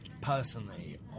personally